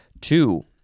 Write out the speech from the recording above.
Two